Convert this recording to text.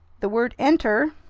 the word enter!